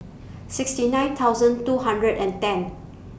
sixty nine thousand two hundred and ten